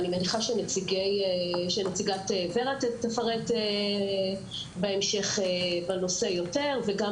אני מניחה שנציגת ור"ה תפרט בהמשך יותר גם בנושא זה וגם